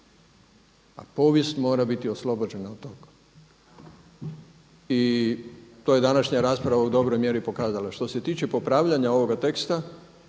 a povijest mora biti oslobođena od tog. I to je današnja rasprava u dobroj mjeri pokazala. Što se tiče popravljanja ovoga teksta